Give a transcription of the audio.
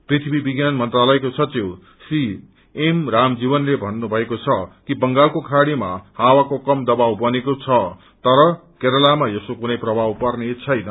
पृथ्वी विज्ञान मन्त्रालयका सचिव श्री एम रामजीवनले भन्नुभएको छ कि बंगालको खाड़ीमा हावाको कम दबाव बनेको छ तर केरलामा यसको कुनै प्रभाव पर्ने छैन